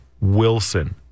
Wilson